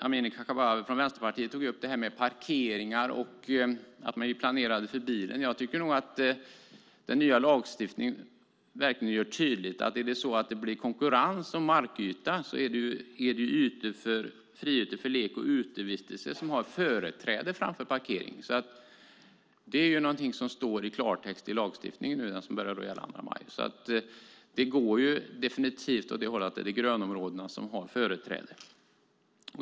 Amineh Kakabaveh från Vänsterpartiet tog upp det här med parkeringar och att man planerar för bilen, men jag tycker nog att den nya lagstiftningen verkligen gör tydligt att om det blir konkurrens om markyta så är det friytor för lek och utevistelse som har företräde framför parkering. I den lag som börjar gälla den 2 maj står det i klartext att det är grönområdena som har företräde.